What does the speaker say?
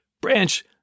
Branch